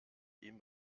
ihm